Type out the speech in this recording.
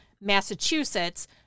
Massachusetts